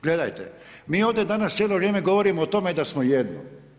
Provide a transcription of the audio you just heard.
Gledajte, mi ovdje danas, cijelo vrijeme govorimo o tome da smo jedno.